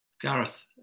Gareth